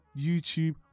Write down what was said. YouTube